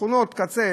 בשכונת קצה,